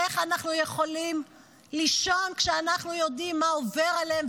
איך אנחנו יכולים לישון כשאנחנו יודעים מה עובר עליהם?